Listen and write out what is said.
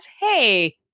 Hey